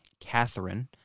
Catherine